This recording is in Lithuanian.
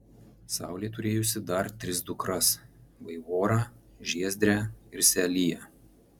saulė turėjusi dar tris dukras vaivorą žiezdrę ir seliją